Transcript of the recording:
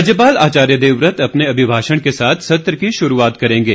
राज्यपाल आचार्य देवव्रत अपने अभिभाषण के साथ सत्र की शुरूआत करेंगे